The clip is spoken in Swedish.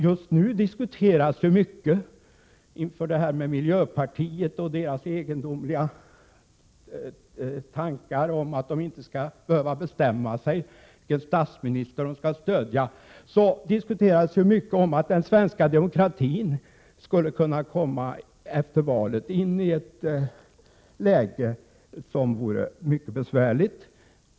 Just nu diskuterar man väldigt — med anledning av miljöpartiet och de egendomliga tankar som miljöpartisterna har om att de inte skall behöva bestämma sig för vilken statsminister de skall stödja — att den svenska demokratin efter valet skulle kunna komma in i ett läge som är mycket besvärligt.